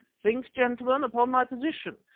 think, gentlemen, upon my position,